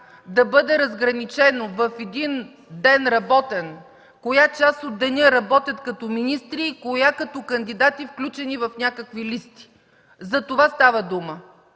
да бъде разграничено в един работен ден, в коя част от деня работят като министри, и в коя като кандидати, включени в някакви листи. За това става дума.